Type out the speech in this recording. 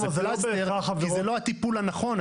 פלסטר כי זה לא הטיפול הנכון.